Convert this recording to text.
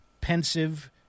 pensive